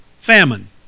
Famine